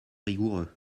rigoureux